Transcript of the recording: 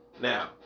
Now